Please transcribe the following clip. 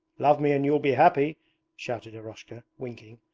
love me and you'll be happy shouted eroshka, winking,